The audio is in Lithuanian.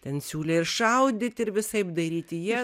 ten siūlė ir šaudyti ir visaip daryti jie